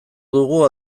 dugu